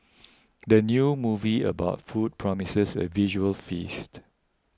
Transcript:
the new movie about food promises a visual feast